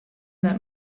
that